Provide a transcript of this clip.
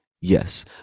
yes